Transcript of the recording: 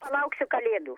palauksiu kalėdų